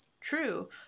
true